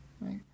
right